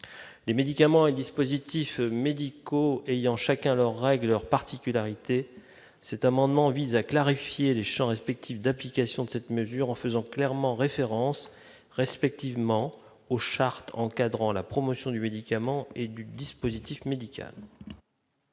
des médicaments et dispositifs médicaux ayant chacun leurs règles leur particularité c'est un amendement vise à clarifier les champs respectif d'application de cette mesure en faisant clairement référence respective ment aux chartes encadrant la promotion du médicament et du dispositif médical.